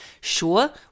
sure